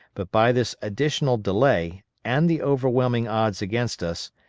but by this additional delay, and the overwhelming odds against us,